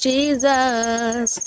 Jesus